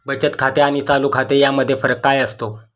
बचत खाते आणि चालू खाते यामध्ये फरक काय असतो?